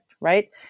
right